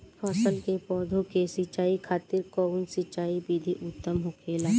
फल के पौधो के सिंचाई खातिर कउन सिंचाई विधि उत्तम होखेला?